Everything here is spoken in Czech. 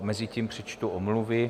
Mezitím přečtu omluvy.